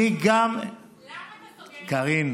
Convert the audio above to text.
אני גם, למה אתה סוגר, קארין,